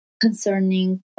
concerning